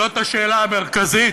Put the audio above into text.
זאת השאלה המרכזית.